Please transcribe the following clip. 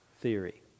theory